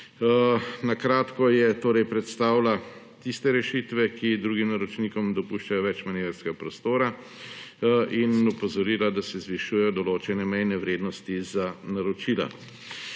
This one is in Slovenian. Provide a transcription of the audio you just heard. Na kratko je torej predstavila tiste rešitve, ki drugim naročnikom dopuščajo več manevrskega prostora, in opozorila, da se zvišujejo določene mejne vrednosti za naročila.